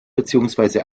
beziehungsweise